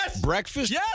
breakfast